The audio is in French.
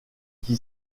qui